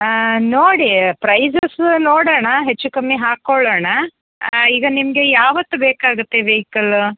ಹಾಂ ನೋಡಿ ಪ್ರೈಸಸ್ ನೋಡೋಣ ಹೆಚ್ಚುಕಮ್ಮಿ ಹಾಕ್ಕೊಳ್ಳೋಣ ಈಗ ನಿಮಗೆ ಯಾವತ್ತು ಬೇಕಾಗತ್ತೆ ವೆಹಿಕಲ್